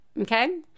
Okay